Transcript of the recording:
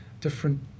different